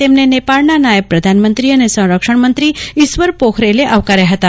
તેમને નેપાળના નાયબ પ્રધાનમંત્રી અને સંરક્ષજ્ઞ મંત્રી ઈચર પોખરેલ આવકાર્યા હતા